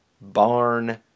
barn